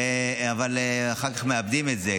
אבל אחר כך מאבדים את זה,